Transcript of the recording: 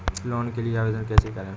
Loan के लिए आवेदन कैसे करें?